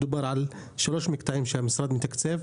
שבו דובר על שלושה מקטעים שהמשרד מתקצב,